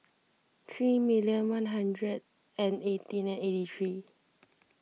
three million one hundred and eighteen and eighty three